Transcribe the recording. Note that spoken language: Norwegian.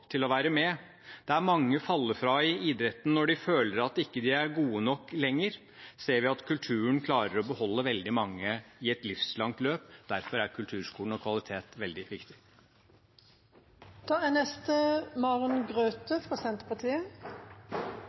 til å være med. Der mange faller fra i idretten når de føler at de ikke er gode nok lenger, ser vi at kulturen klarer å beholde veldig mange i et livslangt løp. Derfor er kulturskolen og kvalitet veldig viktig.